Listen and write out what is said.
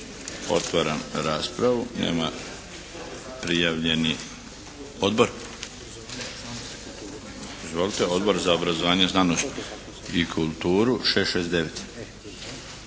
Otvaram raspravu. Nema prijavljenih. Odbor? Izvolite. Odbor za obrazovanje, znanost i kulturu.